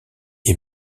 est